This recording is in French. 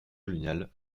coloniales